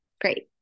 Great